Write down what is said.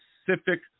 specific